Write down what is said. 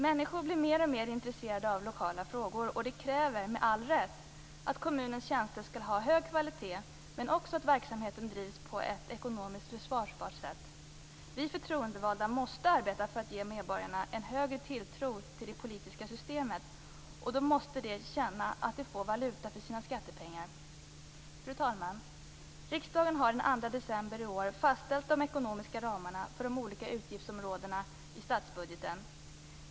Människor blir mer och mer intresserade av lokala frågor, och de kräver, med all rätt, att kommunens tjänster skall ha hög kvalitet men också att verksamheten drivs på ett ekonomiskt försvarbart sätt. Vi förtroendevalda måste arbeta för att ge medborgarna en större tilltro till det politiska systemet, och då måste de känna att de får valuta för sina skattepengar. Fru talman! Riksdagen har den 2 december i år fastställt de ekonomiska ramarna för de olika utgiftsområdena i statsbudgeten.